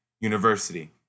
university